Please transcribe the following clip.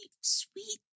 sweet